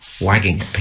wagging